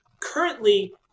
currently